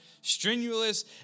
strenuous